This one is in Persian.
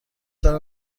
دارم